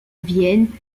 vienne